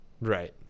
Right